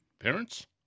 parents